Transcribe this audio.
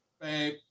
Babe